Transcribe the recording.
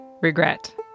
Regret